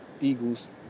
Eagles